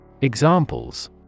Examples